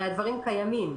הרי הדברים קיימים.